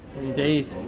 Indeed